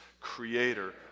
creator